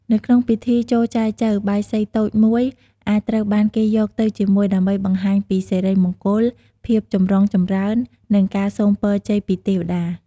នៅក្នុងពិធីចូលចែចូវ បាយសីតូចមួយអាចត្រូវបានគេយកទៅជាមួយ ដើម្បីបង្ហាញពី សិរីមង្គល ភាពចម្រុងចម្រើន និងការសូមពរជ័យពីទេវតា។